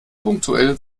punktuell